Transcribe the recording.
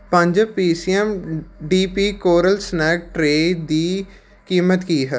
ਪੰਜ P C M D P coral snack tray ਦੀ ਕੀਮਤ ਕੀ ਹੈ